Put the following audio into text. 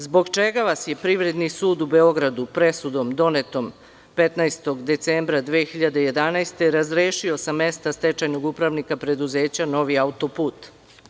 Zbog čega vas je i Privredni sud u Beogradu presudom donetom 15. decembra 2011. godine, razrešio sa mesta stečajnog upravnika preduzeća novi autoput?